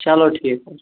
چلو ٹھیٖک حظ چھُ